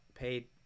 paid